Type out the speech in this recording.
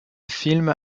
film